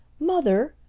mother,